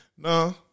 No